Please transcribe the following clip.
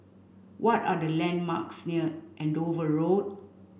what are the landmarks near Andover Road